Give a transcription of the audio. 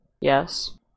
Yes